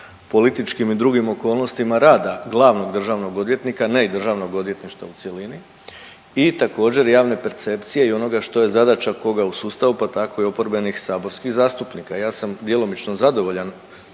političkim i drugim okolnostima rada glavnog državnog odvjetnika, ne i državnog odvjetništva u cjelini i također javne percepcije i onoga što je zadaća koga u sustavu, pa tako i oporbenih saborskih zastupnika. Ja sam djelomično zadovoljan